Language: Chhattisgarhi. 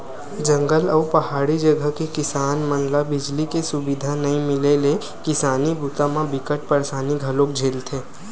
जंगल अउ पहाड़ी जघा के किसान मन ल बिजली के सुबिधा नइ मिले ले किसानी बूता म बिकट परसानी घलोक झेलथे